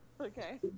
Okay